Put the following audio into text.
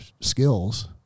skills